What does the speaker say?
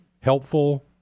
helpful